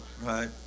Right